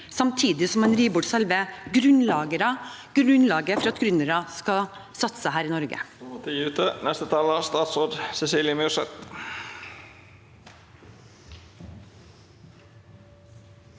samtidig som man river bort selve grunnlaget for at gründere skal satse her i Norge.